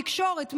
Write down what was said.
תקשורת,